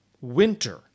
winter